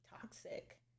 toxic